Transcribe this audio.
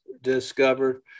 discovered